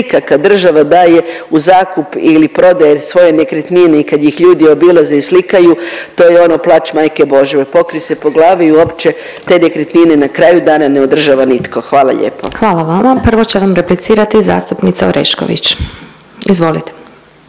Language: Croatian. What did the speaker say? kad država daje u zakup ili prodaje svoje nekretnine i kad ih ljudi obilaze i slikaju to je ono plač Majke Božje, pokrij se po glavi i uopće te nekretnine na kraju dana ne održava nitko. Hvala lijepo. **Glasovac, Sabina (SDP)** Hvala vama. Prvo će vam replicirati zastupnica Orešković, izvolite.